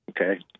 Okay